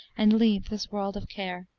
and leave this world of care.